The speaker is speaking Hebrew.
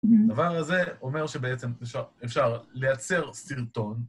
דבר הזה אומר שבעצם אפשר לייצר סרטון.